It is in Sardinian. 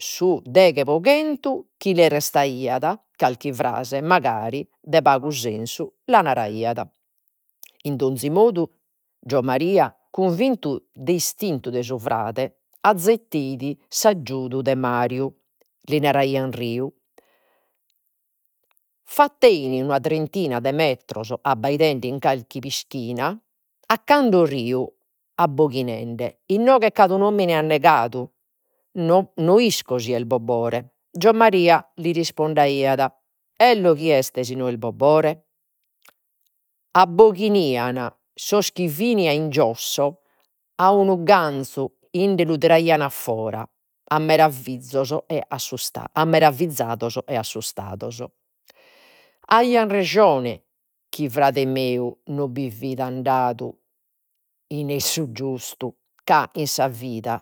su deghe pro chentu chi li restaiat calchi frase, magari de pagu sensu, la naraiat. In d'onzi modu Giommaria, cunvintu de istintu de su frade, azzetteit s'aggiudu de Mariu, li naraian Riu. Fattein una trentina de metros abbaidende in carchi pischina a cando Riu, abboghinende, inoghe c’at omine annegadu, no ‘isco si est Bobore. Giommaria li rispondaiat, 'ello chi'est si no est Bobore. Abboghiaian sos chi fini a in giosso a unu ganzu in nde lu tiraian a fora ammeravizados e assustados, aian rejone chi frade meu no bi fidi andadu in 'essu giustu ca in sa vida